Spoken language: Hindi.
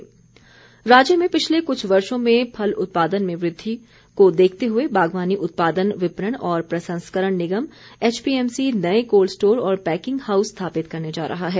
एचपीएमसी राज्य में पिछले कुछ वर्षो में फल उत्पादन में हुई वृद्धि को देखते हुए बागवानी उत्पादन विपणन और प्रसंस्करण निगम एचपीएमसी नए कोल्ड स्टोर और पैकिंग हाऊस स्थापित करने जा रहा है